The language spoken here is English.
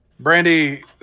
Brandy